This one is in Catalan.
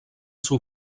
seu